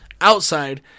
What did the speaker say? outside